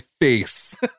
face